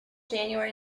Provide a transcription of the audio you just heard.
january